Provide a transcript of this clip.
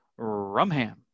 Rumham